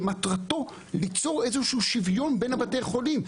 שמטרתו ליצור איזשהו שוויון בין בתי החולים.